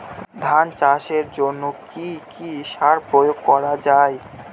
ধান চাষের জন্য কি কি সার প্রয়োগ করা য়ায়?